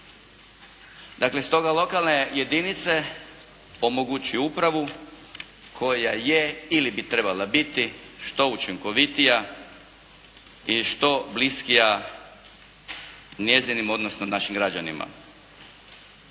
Dakle, stoga lokalne jedinice omogućuju upravu koja je ili bi trebala biti što učinkovitija i što bliskija njezinim, odnosno našim građanima.